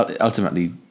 ultimately